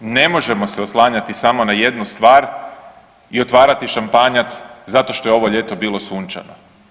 Ne možemo se oslanjati samo na jednu stvar i otvarati šampanjac zato što je ovo ljeto bilo sunčano.